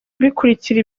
bikurikira